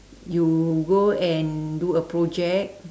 you go and do a project